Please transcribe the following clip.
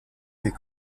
fait